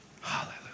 Hallelujah